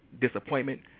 disappointment